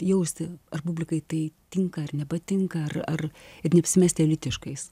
jausti ar publikai tai tinka ar nepatinka ar ar ir neapsimesti elitiškais